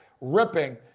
ripping